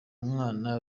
mwana